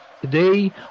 Today